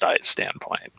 standpoint